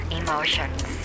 emotions